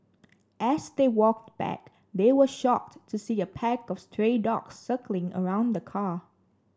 as they walked back they were shocked to see a pack of stray dogs circling around the car